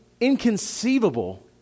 inconceivable